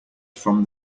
from